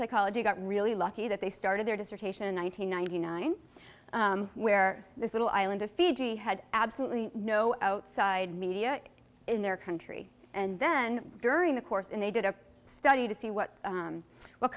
psychology got really lucky that they started their dissertation on nine hundred ninety nine where this little island of fiji had absolutely no outside media in their country and then during the course and they did a study to see what